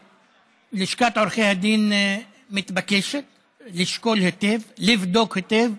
לשכת עורכי הדין מתבקשת לשקול היטב, לבדוק היטב.